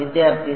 വിദ്യാർത്ഥി 0